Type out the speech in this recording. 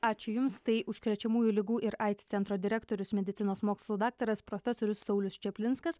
ačiū jums tai užkrečiamųjų ligų ir aids centro direktorius medicinos mokslų daktaras profesorius saulius čaplinskas